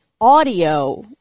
audio